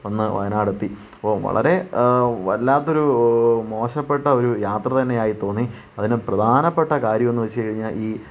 ഒന്ന് വയനാടെത്തി അപ്പോൾ വളരെ വല്ലാത്തൊരു മോശപ്പെട്ട ഒരു യാത്ര തന്നെയായി തോന്നി അതിലും പ്രധാനപ്പെട്ട കാര്യം എന്ന് വച്ചു കഴിഞ്ഞാൽ